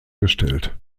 gestellt